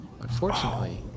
unfortunately